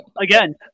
again